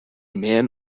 man